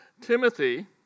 Timothy